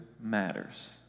matters